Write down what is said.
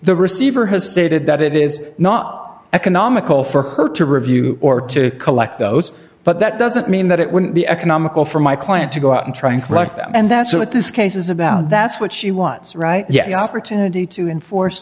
the receiver has stated that it is not economical for her to review or to collect those but that doesn't mean that it wouldn't be economical for my client to go out and trying to correct them and that's what this case is about that's what she wants right yet the opportunity to enforce